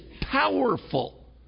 powerful